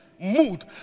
Mood